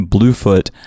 Bluefoot